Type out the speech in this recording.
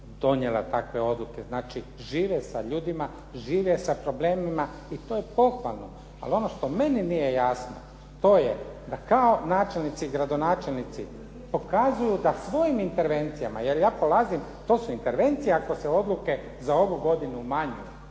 donijela takve odluke. Znači žive sa ljudima, žive sa problemima i to je pohvalno. Ali ono što meni nije jasno, to je da kao načelnici i gradonačelnici pokazuju da svojim intervencijama, jer ja polazim, to su intervencije ako se odluke za ovu godinu umanjuju.